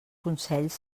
consells